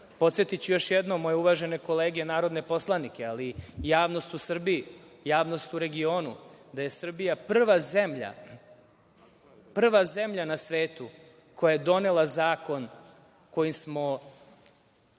državu. Podsetiću još jednom moje uvažene kolege, narodne poslanike, ali i javnost u Srbiji, javnost u regionu da je Srbija prva zemlja na svetu koja je donela zakon kojim smo